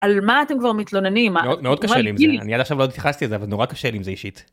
על מה אתם כבר מתלוננים, מאוד קשה לי עם זה, אני עד עכשיו לא התייחסתי לזה, אבל נורא קשה לי עם זה אישית.